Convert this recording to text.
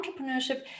entrepreneurship